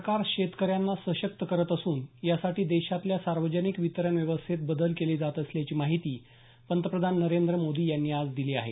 सरकार शेतकऱ्यांना सशक्त करत असून यासाठी देशातल्या सार्वजनिक वितरण व्यवस्थेत बदल केले जात असल्याची माहिती पंतप्रधान नरेंद्र मोदी यांनी आज दिली आहे